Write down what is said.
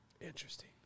Interesting